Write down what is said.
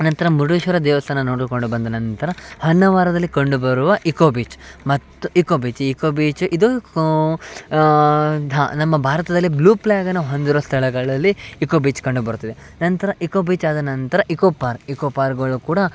ನಂತರ ಮುರ್ಡೇಶ್ವರ ದೇವಸ್ಥಾನ ನೋಡಿಕೊಂಡು ಬಂದ ನಂತರ ಹೊನ್ನಾವರದಲ್ಲಿ ಕಂಡು ಬರುವ ಇಕೊ ಬೀಚ್ ಮತ್ತು ಇಕೊ ಬೀಚ್ ಈ ಇಕೊ ಬೀಚ್ ಇದು ಕೊ ಧ ನಮ್ಮ ಭಾರತದಲ್ಲಿ ಬ್ಲೂ ಪ್ಲ್ಯಾಗನ ಹೊಂದಿರುವ ಸ್ಥಳಗಳಲ್ಲಿ ಇಕೊ ಬೀಚ್ ಕಂಡು ಬರುತ್ತದೆ ನಂತರ ಇಕೊ ಬೀಚ್ ಆದ ನಂತರ ಇಕೊ ಪಾರ್ಕ್ ಇಕೊ ಪಾರ್ಕ್ಗಳು ಕೂಡ